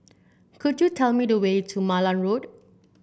could you tell me the way to Malan Road